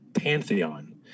pantheon